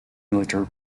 military